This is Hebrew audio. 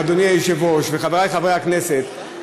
אדוני היושב-ראש וחברי חבר הכנסת,